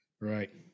Right